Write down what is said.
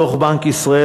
דוח בנק ישראל,